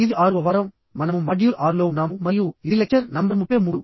ఇది 6వ వారం మనము మాడ్యూల్ 6 లో ఉన్నాము మరియు ఇది లెక్చర్ నంబర్ 33